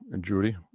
Judy